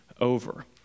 over